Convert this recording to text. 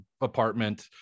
apartment